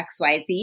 XYZ